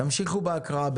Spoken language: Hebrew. תמשיכו בהקראה.